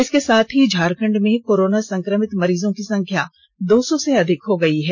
इसके साथ ही झारखंड में कोरोना संक्रमित मरीजों की संख्या दो सौ से अधिक हो गयी है